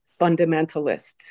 fundamentalists